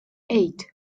eight